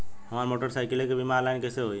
हमार मोटर साईकीलके बीमा ऑनलाइन कैसे होई?